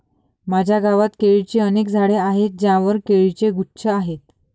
माझ्या गावात केळीची अनेक झाडे आहेत ज्यांवर केळीचे गुच्छ आहेत